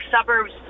suburbs